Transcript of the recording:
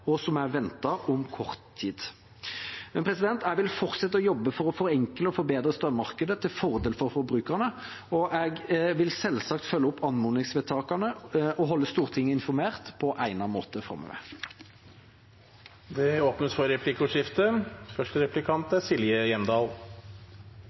og som er ventet om kort tid. Jeg vil fortsette å jobbe for å forenkle og forbedre strømmarkedet til fordel for forbrukerne, og jeg vil selvsagt følge opp anmodningsvedtakene og holde Stortinget informert på egnet måte framover. Det blir replikkordskifte.